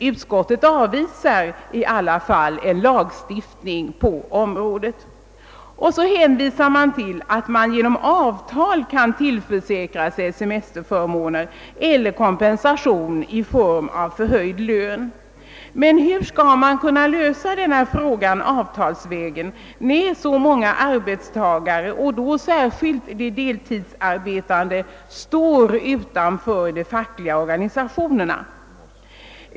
Utskottet avvisar emellertid ändå en lagstiftning på området och hänvisar till att man genom avtal kan tillförsäkra sig semesterförmåner eller kompensation i form av förhöjd lön. Men hur skall man kunna lösa denna fråga avtalsvägen när så många arbetstagare, särskilt deltidsarbetande, står utanför de fackliga organisationerna?